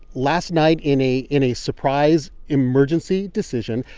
last night, in a in a surprise emergency decision,